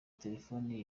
telefoni